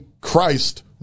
Christ